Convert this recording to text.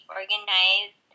organized